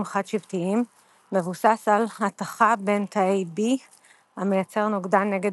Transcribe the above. חד-שבטיים מבוסס על התכה בין תא B המייצר נוגדן נגד